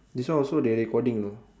this one also they recording you know